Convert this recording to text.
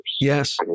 Yes